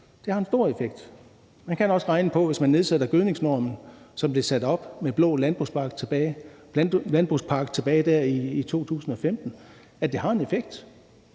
Det har en stor effekt. Man kan også regne på, at hvis man nedsætter gødningsnormen, som blev sat op med den blå landbrugspakke tilbage i 2015, har det en effekt.